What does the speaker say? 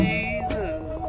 Jesus